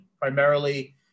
primarily